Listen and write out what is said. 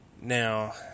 Now